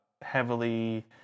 Heavily